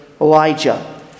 Elijah